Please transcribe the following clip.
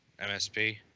MSP